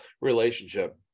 relationship